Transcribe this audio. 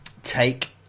Take